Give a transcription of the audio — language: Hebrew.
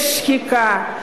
יש שחיקה,